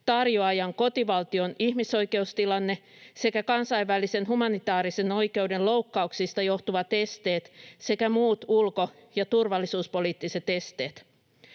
tarjoajan kotivaltion ihmisoikeustilanne sekä kansainvälisen humanitaarisen oikeuden loukkauksista johtuvat esteet sekä muut ulko- ja turvallisuuspoliittiset esteet.